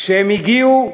כשהם הגיעו